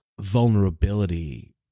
vulnerability